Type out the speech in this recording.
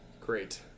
Great